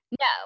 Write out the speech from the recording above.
No